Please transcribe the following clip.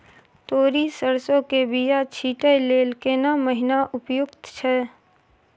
तोरी, सरसो के बीया छींटै लेल केना महीना उपयुक्त छै?